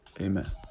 Amen